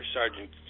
Sergeant